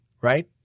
right